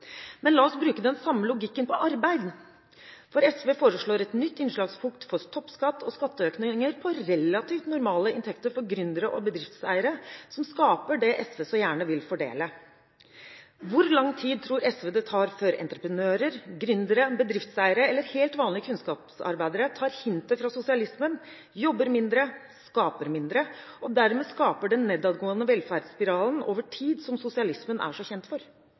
Men la oss bruke den samme logikken på arbeid: SV foreslår et nytt innslagspunkt for toppskatt og skatteøkninger på relativt normale inntekter for gründere og bedriftseiere, som skaper det SV så gjerne vil fordele. Hvor lang tid tror SV det tar før entreprenører, gründere, bedriftseiere eller helt vanlige kunnskapsarbeidere tar hintet fra sosialismen, jobber mindre, skaper mindre og dermed skaper den nedadgående velferdsspiralen over tid, som sosialismen er så kjent for?